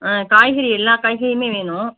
ஆ காய்கறி எல்லா காய்கறியுமே வேணும்